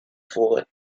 forêt